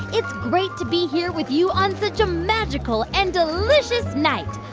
it's great to be here with you on such a magical and delicious night.